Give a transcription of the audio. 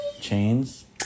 Chains